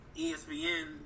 ESPN